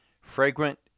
fragrant